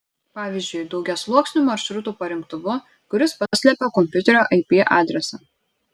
pavyzdžiui daugiasluoksniu maršrutų parinktuvu kuris paslepia kompiuterio ip adresą